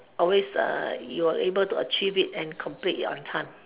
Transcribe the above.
always uh you'll able to achieve it and complete it on time